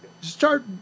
start